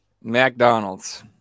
mcdonald's